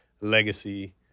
legacy